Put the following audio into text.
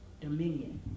dominion